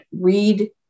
read